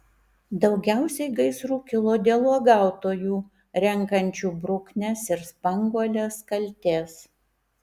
daugiausiai gaisrų kilo dėl uogautojų renkančių bruknes ir spanguoles kaltės